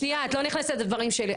שנייה את לא נכנסת לדברים שלי.